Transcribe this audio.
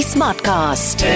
Smartcast